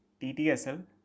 TTSL